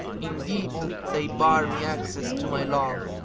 indeed they bar me access to my love,